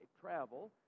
travel